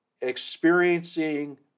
experiencing